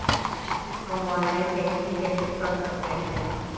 हम online banking कैसे कर सकते हैं?